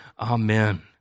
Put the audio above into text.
Amen